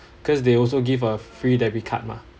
cause they also give a free debit card mah